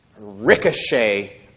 ricochet